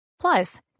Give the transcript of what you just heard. Plus